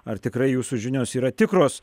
ar tikrai jūsų žinios yra tikros